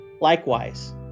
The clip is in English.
Likewise